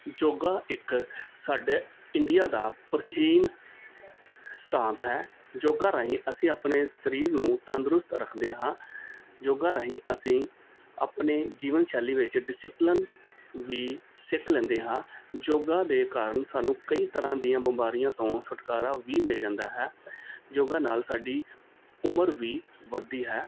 ਯੋਗਾ ਇੱਕ ਸਾਡੇ ਇੰਡੀਆ ਦਾ ਪ੍ਰਾਚੀਨ ਸਿਧਾਂਤ ਹੈ ਯੋਗਾ ਰਾਹੀਂ ਅਸੀਂ ਆਪਣੇ ਸਰੀਰ ਨੂੰ ਤੰਦਰੁਸਤ ਰੱਖਦੇ ਹਾਂ ਯੋਗਾ ਰਾਹੀਂ ਅਸੀਂ ਆਪਣੇ ਜੀਵਨ ਸ਼ੈਲੀ ਵਿੱਚ ਡਿਸਿਪਲਨ ਵੀ ਸਿੱਖ ਲੈਂਦੇ ਹਾਂ ਯੋਗਾ ਦੇ ਕਾਰਨ ਸਾਨੂੰ ਕਈ ਤਰ੍ਹਾਂ ਦੀਆਂ ਬਿਮਾਰੀਆਂ ਤੋਂ ਛੁਟਕਾਰਾ ਵੀ ਮਿਲ ਜਾਂਦਾ ਹੈ ਯੋਗਾ ਨਾਲ ਸਾਡੀ ਉਮਰ ਵੀ ਵਧਦੀ ਹੈ